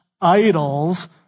idols